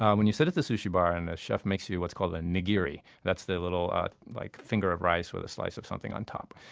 um when you sit at the sushi bar and the chef makes you what's called a nigiri that's the little like finger of rice with a slice of something on top,